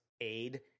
aid